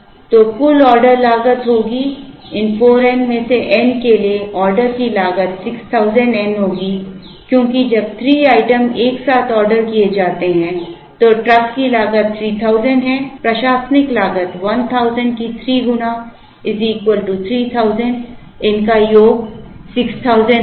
तो कुल ऑर्डर लागत होगी इन 4 n में से n के लिए ऑर्डर की लागत 6000 n होगी क्योंकि जब 3 आइटम एक साथ ऑर्डर किए जाते हैं तो ट्रक की लागत 3000 है और प्रशासनिक लागत 1000 की 3 गुना 3000 इनका योग 6000 होगा